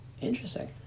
interesting